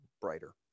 brighter